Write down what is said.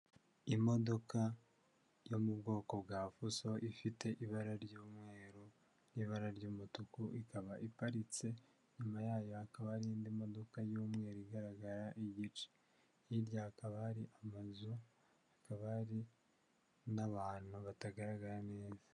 Imodoka yo mu bwoko bwa fuso ifite ibara ry'umweru n'ibara ry'umutuku, ikaba iparitse, inyuma yayo hakaba nindi modoka y'umweru igaragara igice, hirya hakaba hari amazu hakaba hari n'abantu batagaragara neza.